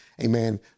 amen